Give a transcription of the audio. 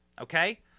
Okay